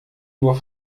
nur